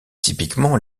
typiquement